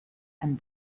and